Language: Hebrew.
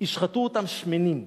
ישחטו אותם שמנים.